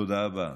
תודה רבה.